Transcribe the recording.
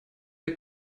der